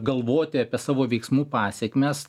galvoti apie savo veiksmų pasekmes